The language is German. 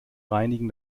reinigen